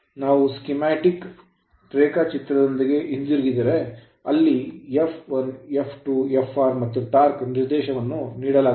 ನಾವು schematic schematic ರೇಖಾಚಿತ್ರಕೆ ಹಿಂತಿರುಗಿದರೆ ಅಲ್ಲಿ f1 f2 fr ಮತ್ತು torque ಟಾರ್ಕ್ ನಿರ್ದೇಶನವನ್ನು ನೀಡಲಾಗುತ್ತದೆ